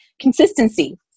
consistency